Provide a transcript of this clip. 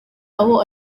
aho